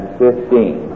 fifteen